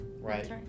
right